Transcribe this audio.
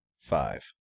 five